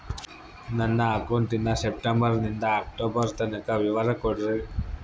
ನನ್ನ ಅಕೌಂಟಿನ ಸೆಪ್ಟೆಂಬರನಿಂದ ಅಕ್ಟೋಬರ್ ತನಕ ವಿವರ ಕೊಡ್ರಿ?